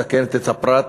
מסכנת את הפרט,